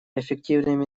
эффективным